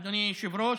אדוני היושב-ראש,